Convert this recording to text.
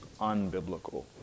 unbiblical